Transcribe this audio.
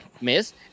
miss